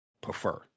prefer